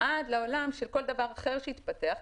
ועד לעולם של כל דבר אחר שהתפתח,